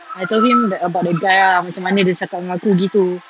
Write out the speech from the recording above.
I told him that about that guy ah macam mana dia cakap dengan aku gitu